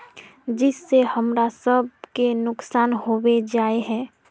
जिस से हमरा सब के नुकसान होबे जाय है?